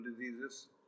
diseases